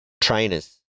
trainers